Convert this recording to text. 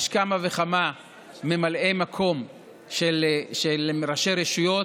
יש כמה וכמה ממלאי מקום של ראשי רשויות.